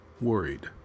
worried